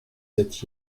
sept